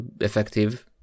effective